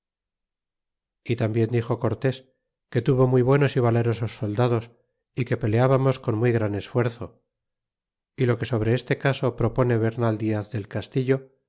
y tambien dixo cortés que tuvo muy buenos y valerosos soldados y que peleábamos con muy gran esfuerzo y lo que sobre este caso propone bernal diaz del castillo